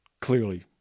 clearly